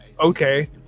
Okay